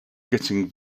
getting